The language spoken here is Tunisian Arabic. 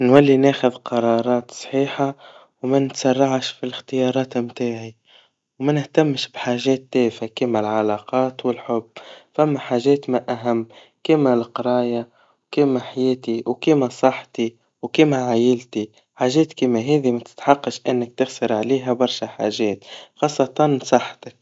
نولي ناخذ قرارات صحيحا, ومنتسرعش في الاختيارات متاعي, ومنهتمش بحاجات تافها كيما العلاقات والحب, ثما حاجات من أهم, كيما لقرايا, وكيما حياتي, وكيما صحتي, وكيما عايلتي, حاجات كيما هذي متتحقش إنك تخسر عليها برشا حاجات, خاصةً صحتك.